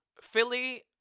philly